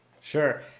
Sure